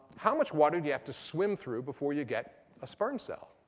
how much water do you have to swim through before you get a sperm cell?